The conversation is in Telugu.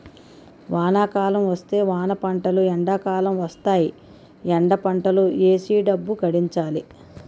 వానాకాలం వస్తే వానపంటలు ఎండాకాలం వస్తేయ్ ఎండపంటలు ఏసీ డబ్బు గడించాలి